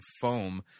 foam